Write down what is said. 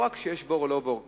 לא רק שיש בור או לא בור,